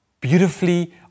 beautifully